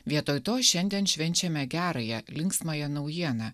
vietoj to šiandien švenčiame gerąją linksmąją naujieną